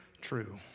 true